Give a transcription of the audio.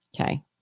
Okay